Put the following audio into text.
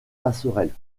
passerelles